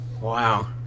Wow